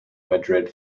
madrid